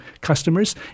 customers